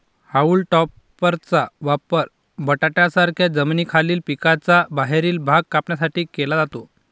haulm टॉपरचा वापर बटाट्यांसारख्या जमिनीखालील पिकांचा बाहेरील भाग कापण्यासाठी केला जातो